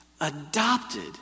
Adopted